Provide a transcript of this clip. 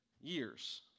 years